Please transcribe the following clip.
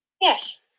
yes